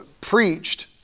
preached